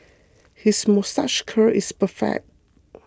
his moustache curl is perfect